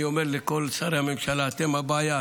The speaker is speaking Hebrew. אני אומר לכל שרי הממשלה: אתם הבעיה.